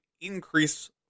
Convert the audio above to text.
increase